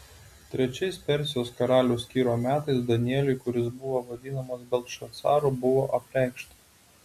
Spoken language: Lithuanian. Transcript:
trečiais persijos karaliaus kyro metais danieliui kuris buvo vadinamas beltšacaru buvo apreikšta